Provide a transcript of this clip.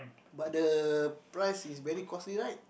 but the price is very costly right